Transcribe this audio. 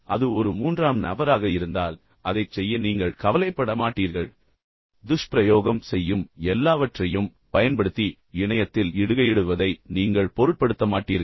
ஆனால் அது ஒரு மூன்றாம் நபராக இருந்தால் அதைச் செய்ய நீங்கள் கவலைப்பட மாட்டீர்கள் குறிப்பாக அது ஒரு அந்நியராக இருந்தால் துஷ்பிரயோகம் செய்யும் எல்லாவற்றையும் பயன்படுத்தி இணையத்தில் இடுகையிடுவதை நீங்கள் பொருட்படுத்த மாட்டீர்கள்